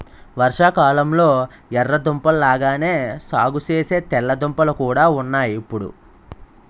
వర్షాకాలంలొ ఎర్ర దుంపల లాగానే సాగుసేసే తెల్ల దుంపలు కూడా ఉన్నాయ్ ఇప్పుడు